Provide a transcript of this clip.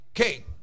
Okay